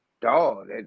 Dog